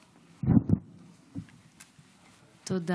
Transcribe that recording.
בבקשה.